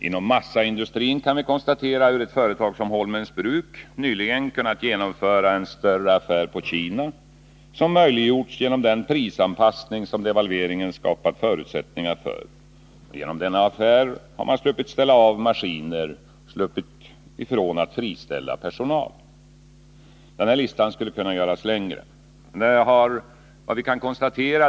Inom massaindustrin kan vi konstatera hur ett företag som Holmens bruk nyligen kunnat genomföra en större affär med Kina, som möjliggjorts genom den prisanpassning som devalveringen skapat förutsättningar för. Genom denna affär har man sluppit att ställa av maskiner och friställa personal. Listan skulle kunna göras betydligt längre.